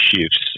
shifts